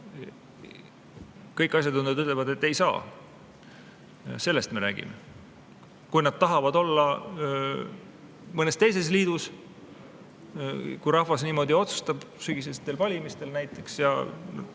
Kõik asjatundjad ütlevad, et ei saa. Sellest me räägime. Kui nad tahavad olla mõnes teises liidus, kui rahvas niimoodi otsustab näiteks sügisestel valimistel, siis